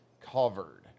covered